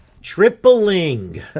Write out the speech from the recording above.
Tripling